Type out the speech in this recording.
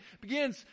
begins